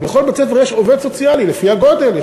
בכל בית-ספר יש עובד סוציאלי, לפי הגודל.